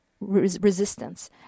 Resistance